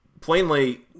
plainly